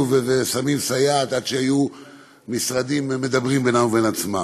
ושמים סייעת עד שהמשרדים היו מדברים בינם לבין עצמם.